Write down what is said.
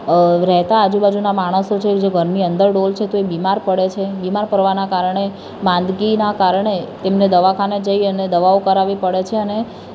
રેહતા જે આજુબાજુના માણસો છે જે ઘરની અંદર જ ડોલ છે તો એ બીમાર પડે છે બીમાર પડવાનાં કારણે માંદગીનાં કારણે તેમને દવાખાને જઇ અને દવાઓ કરાવવી પડે છે અને